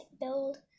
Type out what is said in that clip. build